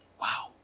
Wow